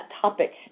topic